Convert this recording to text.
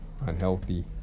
unhealthy